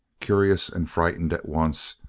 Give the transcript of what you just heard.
curious and frightened at once,